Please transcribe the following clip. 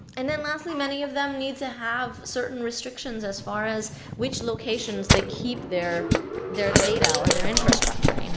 and then, lastly, many of them need to have certain restrictions as far as which locations they keep their their data or their infrastructure. you know